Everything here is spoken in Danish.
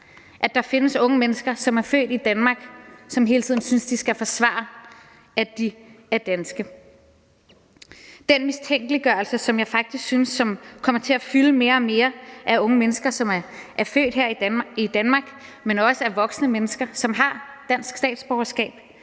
at der findes unge mennesker, som er født i Danmark, men som hele tiden synes, de skal forsvare, at de er danske. Den mistænkeliggørelse, som jeg faktisk synes kommer til at fylde mere og mere, af unge mennesker, som er født her i Danmark, men også af voksne mennesker, som har dansk statsborgerskab,